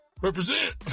Represent